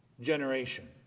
generation